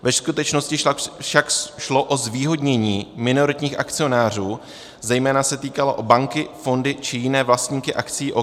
Ve skutečnosti však šlo o zvýhodnění minoritních akcionářů, zejména se jednalo o banky, fondy či jiné vlastníky akcií OKD.